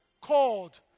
called